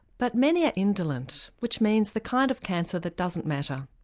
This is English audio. but many are indolent which means the kind of cancer that doesn't matter.